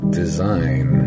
design